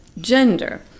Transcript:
gender